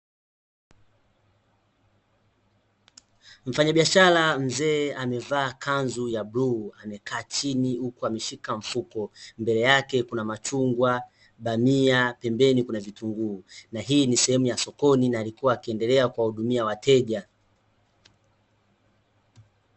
Mfanyabiashara mzee amevaa kanzu ya buluu, amekaa chini huku ameshika mfuko. Mbele yake kuna machungwa, bamia, pembeni kuna vitunguu. Na hii ni sehemu ya sokoni na alikua akiendelea kuwahudumia wateja.